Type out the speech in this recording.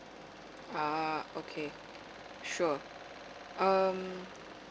uh okay sure